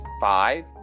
five